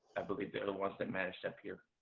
i believe they're the ones that manage them here.